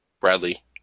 Bradley